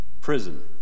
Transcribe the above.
Prison